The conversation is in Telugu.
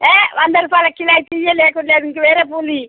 ఏయ్ వందరూపాయలకి కిలో ఇస్తే ఇవ్వు లేకుంటే లేదు ఇంక వేరే పూలు ఇవ్వు